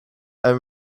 and